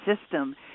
system